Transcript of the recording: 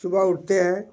सुबह उठते हैं